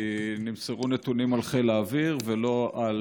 כי נמסרו נתונים על חיל האוויר ולא על